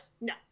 no